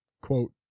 quote